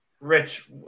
Rich